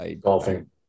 Golfing